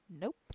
Nope